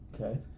Okay